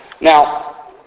Now